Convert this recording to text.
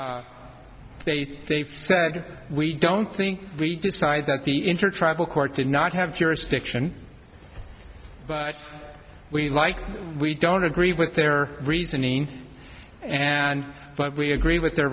they they they said we don't think we decide that the intertribal court did not have jurisdiction but we like we don't agree with their reasoning and what we agree with their